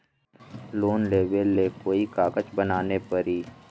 Loan लेबे ले कोई कागज बनाने परी?